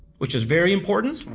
which is very important.